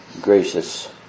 gracious